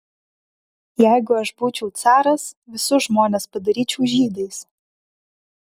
jeigu aš būčiau caras visus žmonės padaryčiau žydais